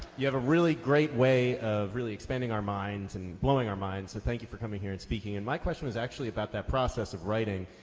you have a really great way of really expanding our minds and blowing our minds so thank you for coming here and speaking and my question was actually about that process of writing.